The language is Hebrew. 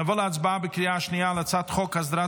נעבור להצבעה בקריאה שנייה על הצעת חוק הסדרת